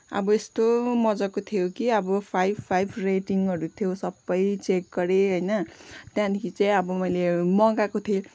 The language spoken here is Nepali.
अब यस्तो मजाको थियो कि अब फाइभ फाइभ रेटिङहरू थियो सबै चेक गरेँ होइन त्यहाँदेखि चाहिँ अब मैले मगाएको थिएँ